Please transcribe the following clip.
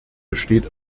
besteht